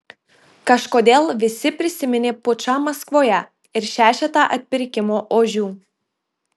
kažkodėl visi prisiminė pučą maskvoje ir šešetą atpirkimo ožių